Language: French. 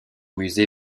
musée